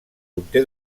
conté